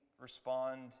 respond